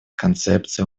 концепции